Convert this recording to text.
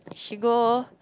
she go